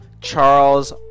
charles